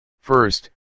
First